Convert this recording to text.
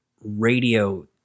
radio